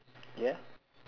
ya